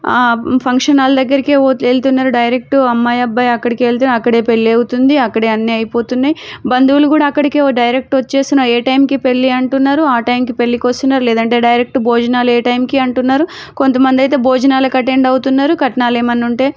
function hall దగ్గరకెళ్తున్నరు direct అమ్మాయి అబ్బాయి అక్కడికి వెళ్తే అక్కడే పెళ్ళి అవుతుంది అక్కడే అన్ని అయిపోతున్నయ్ బంధువులు కూడా అక్కడికే డైరెక్ట్ వచ్చేసిన ఏ టైంకి పెళ్ళి అంటున్నారు ఆ టైంకి పెళ్ళికొస్తున్నారు లేదంటే డైరెక్ట్ భోజనాలు ఏ టైంకి అంటున్నారు కొంతమందయితే భోజనాలకి అటెండ్ అవుతున్నారు కట్నాలు ఏమన్నా ఉంటే